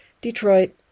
Detroit